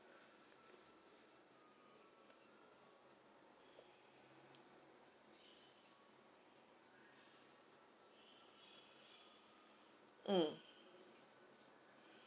mm